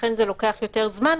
ולכן זה לוקח יותר זמן,